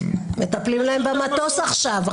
מטפלים להם במטוס עכשיו.